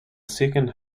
second